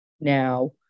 Now